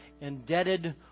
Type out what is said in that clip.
indebted